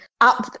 up